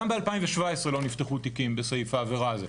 וגם ב-2017 לא נפתחו תיקים בסעיף העבירה הזה,